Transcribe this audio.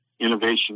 innovation